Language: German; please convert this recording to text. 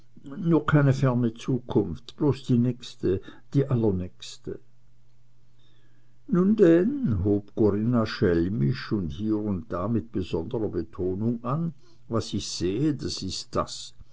nur keine ferne zukunft bloß die nächste allernächste nun denn hob corinna schelmisch und hier und da mit besonderer betonung an was ich sehe ist das